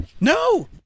no